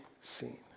seen